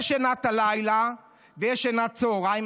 יש שנת לילה ויש שנת צוהריים,